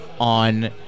on